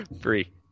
Free